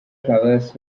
flowers